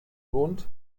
rund